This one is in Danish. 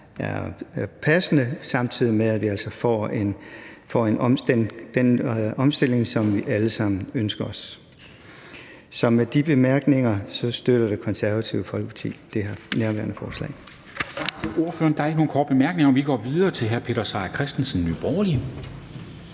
er passende, samtidig med at vi altså får den omstilling, som vi alle sammen ønsker os. Så med de bemærkninger støtter Det Konservative Folkeparti nærværende forslag.